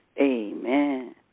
Amen